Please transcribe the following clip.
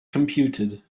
computed